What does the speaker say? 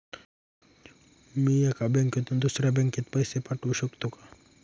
मी एका बँकेतून दुसऱ्या बँकेत पैसे पाठवू शकतो का?